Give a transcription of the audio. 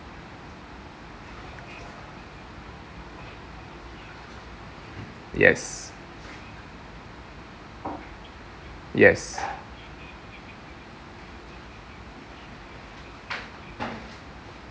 yes yes